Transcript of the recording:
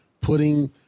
putting